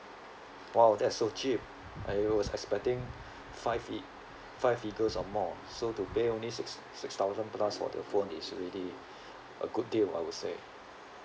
!wow! that's so cheap I was expecting five fi~ five figures or more so to pay only six six thousand plus for the phone is really a good deal I would say